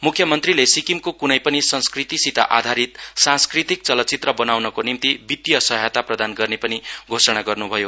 मुख्यमन्त्रीले सिक्किमको कुनै पनि संस्कृतिसित आधारित सांस्कृतिक चलचित्र बनाउनको निम्ति वित्तीय सहायता प्रदान गर्ने घोषणा गर्नुभयो